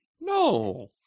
No